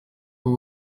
were